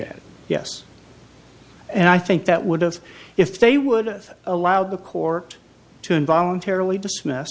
at yes and i think that would have if they would allow the court to in voluntarily dismiss